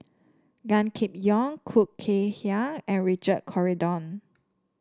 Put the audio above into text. Gan Kim Yong Khoo Kay Hian and Richard Corridon